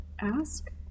Ask